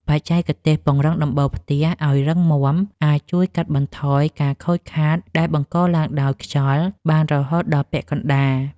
បច្ចេកទេសពង្រឹងដំបូលផ្ទះឱ្យរឹងមាំអាចជួយកាត់បន្ថយការខូចខាតដែលបង្កឡើងដោយខ្យល់បានរហូតដល់ពាក់កណ្តាល។